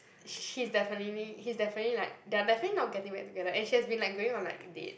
she's definitely he's definitely like they are definitely not getting back together and she has been like going on like date